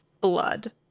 blood